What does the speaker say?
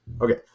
okay